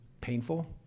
painful